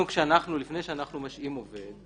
לפני שאנחנו משעים עובד,